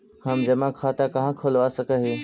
हम जमा खाता कहाँ खुलवा सक ही?